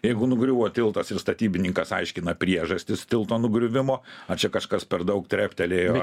jeigu nugriuvo tiltas ir statybininkas aiškina priežastis tilto nugriuvimo ar čia kažkas per daug treptelėjo